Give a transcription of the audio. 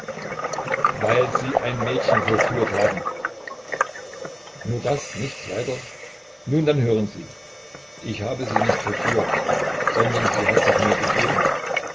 weil sie ein mädchen verführt haben nur das nichts weiter nun dann hören sie ich habe sie nicht verführt sondern sie hat sich mir gegeben